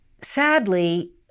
sadly